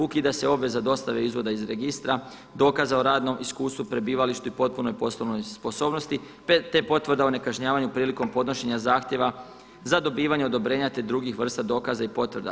Ukida se obveza dostave izvoda iz registra, dokaza o radnom iskustvu, prebivalištu i potpunoj poslovnoj sposobnosti, te potvrda o nekažnjavanju prilikom podnošenja zahtjeva za dobivanje odobrenja, te drugih vrsta dokaza i potvrda.